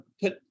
put